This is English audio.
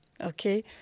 Okay